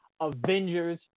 Avengers